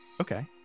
okay